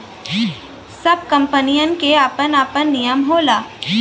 सब कंपनीयन के आपन आपन नियम होला